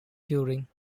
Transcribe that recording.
touring